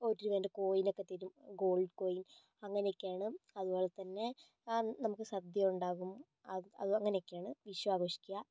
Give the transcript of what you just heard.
ഒരു രൂപേൻ്റെ കോയിനൊക്കെത്തരും ഗോൾഡ് കോയിൻ അങ്ങനെയൊക്കെയാണ് അതുപോലെ തന്നെ നമുക്ക് സദ്യ ഉണ്ടാകും അത് അങ്ങനെയൊക്കെയാണ് വിഷു ആഘോഷിക്കുക